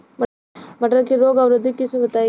मटर के रोग अवरोधी किस्म बताई?